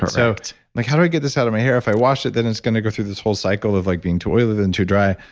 so like how do i get this out of my hair? if i wash it then it's going to go through this whole cycle of like being too oily, then too dry.